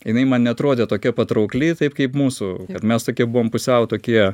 jinai man neatrodė tokia patraukli taip kaip mūsų kad mes tokie buvom pusiau tokie